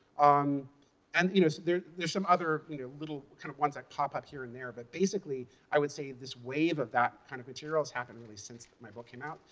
um and you know there's some other little kind of ones that pop up here and there. but basically i would say this wave of that kind of material is happened really since my book came out.